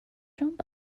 jump